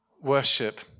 Worship